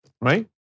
right